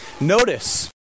Notice